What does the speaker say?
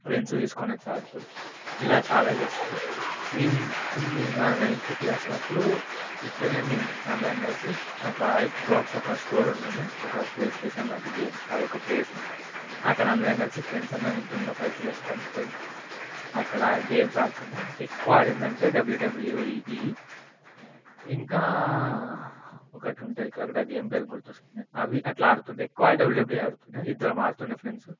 rents తీసుకొని వచ్చి ఆడుతున్నారు ఇలా చాలా చేస్తున్నారు మేము చిన్నగా ఉన్న నైన్త్ క్లాస్ అప్పుడు ఇట్లనే మేము అందరం కలిసి ఒక ఎక్స్ బాక్స్ ఒక స్టోర్ ఉంటుండే ఒక ప్లేస్టేషన్లాంటి గేమ్ అది ఒక ప్లేస్ అక్కడ అందరం కలిసి ఫ్రెండ్స్ అందరం ఇంటింత పైసలు వేసుకొని పోయి అక్కడ గేమ్స్ ఆడుతుండే ఎక్కువ ఆడింది అంటే డబ్ల్యూడబ్ల్యూఈ ఇంకా ఒకటి ఉంటుంది కాని ఆ గేమ్ పేరు గుర్తు వస్తలేదు అవి అట్లా ఆడుతుంటే ఎక్కువ డబ్ల్యూడబ్ల్యూఈ ఆడుతుండే ఇద్దరము ఆడుతుండే ఫ్రెండ్స్